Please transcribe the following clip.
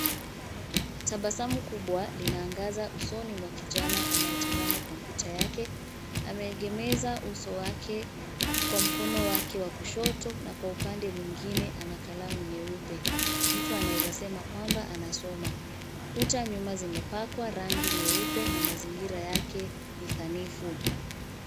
Tabasamu kubwa linaangaza usoni mwa kijana anayetazama kompyuta yake. Ameegemeza uso wake kwa mkono wake wa kushoto na kwa upande mwingine ana kalamu nyeupe. Mtu anaweza sema kwamba anasoma. Kuta nyuma zimepakwa rangi nyeupe na mazingira yake ni sanifu.